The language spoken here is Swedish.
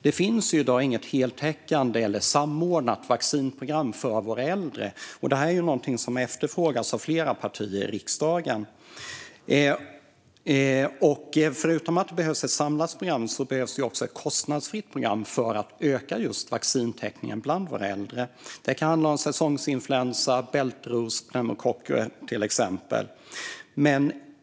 Det finns i dag inget heltäckande eller samordnat vaccinprogram för våra äldre, och det är något som efterfrågas av flera partier i riksdagen. Förutom att det behövs ett samlat program behövs det ett kostnadsfritt program för att öka just vaccintäckningen bland våra äldre. Det kan handla om till exempel säsongsinfluensa, bältros och pneumokocker.